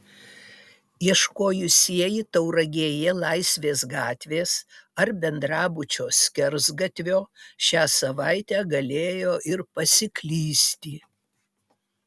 ieškojusieji tauragėje laisvės gatvės ar bendrabučio skersgatvio šią savaitę galėjo ir pasiklysti